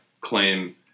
claim